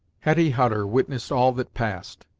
hetty hutter witnessed all that passed,